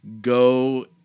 go